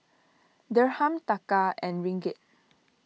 Dirham Taka and Ringgit